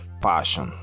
Passion